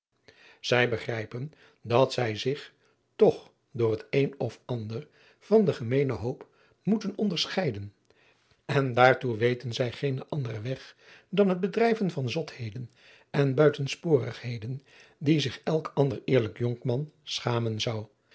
ij begrijpen dat zij zich toch door het een of ander van den gemeenen hoop moeten onderscheiden en daartoe weten zij geenen anderen weg dan het bedrijven van zotheden en buitensporigheden die zich elk ander eerlijk jongman schamen zou